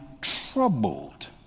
troubled